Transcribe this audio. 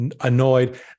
annoyed